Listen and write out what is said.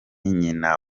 nyina